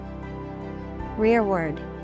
Rearward